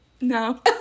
No